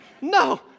No